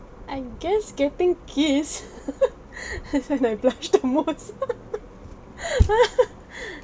I guess getting kissed this is my blush on words